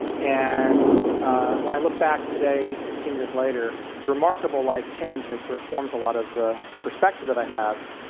and when i look back today sixteen years later, it's a remarkable life change and it sort of forms a lot of the perspective that i have.